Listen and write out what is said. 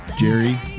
Jerry